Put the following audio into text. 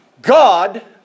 God